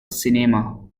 cinema